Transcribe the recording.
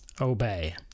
obey